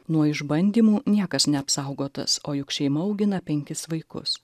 nuo išbandymų niekas neapsaugotas o juk šeima augina penkis vaikus